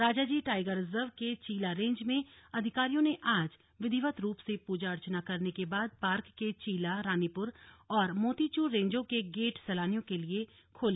Rajaji tiger reserve के Chila range में अधिकारियों ने आज विधिवत रूप से पूजा अर्चना करने के बाद पार्क के चीला रानीपूर और मोतीचूर रेंजो के गेट सैलानियों के लिए खोले